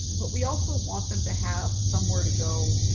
but we also want them to have somewhere to go.